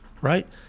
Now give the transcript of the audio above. Right